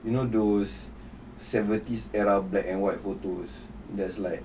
you know those seventies era black and white photos there's like